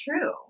true